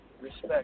Respect